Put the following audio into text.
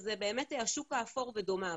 שזה באמת השוק האפור ודומיו,